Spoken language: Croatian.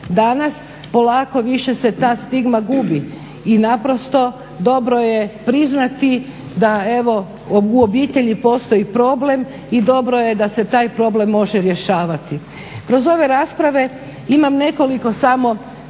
Danas polako više se ta stigma gubi i naprosto dobro je priznati, da evo u obitelji postoji problem i dobro je da se taj problem može rješavati. Kroz ove rasprave imam nekoliko samo